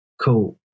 Cool